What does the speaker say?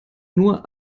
nur